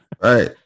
Right